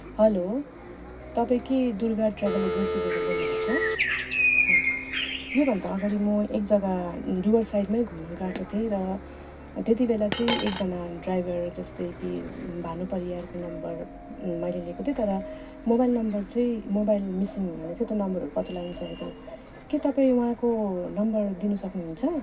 hello तपाईँ के Durga travel एजेन्सीबाट बोल्नुभएको यो भन्दा अगाडि म एक जग्गा डुवर्स साइडमै घुम्न गएको थिएँ र त्यति बेला चाहिँ एकजना ड्राइभर जस्तै कि भानु परियारको नम्बर मैले लिएको थिएँ तर मोबाइल नम्बर चाहिँ मोबाइल मिसिङ हुनाले चाहिँ त्यो नम्बरहरू पत्ता लाग्न सकेको छैन के तपाईँ उहाँको नम्बर दिन सक्नुहुन्छ